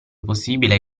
possibile